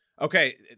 Okay